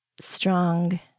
strong